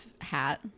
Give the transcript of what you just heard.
hat